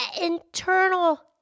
internal